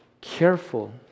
careful